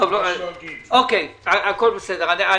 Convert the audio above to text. טוב, הכול בסדר.